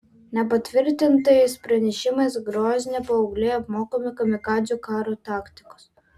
nepatvirtintais pranešimais grozne paaugliai apmokomi kamikadzių karo taktikos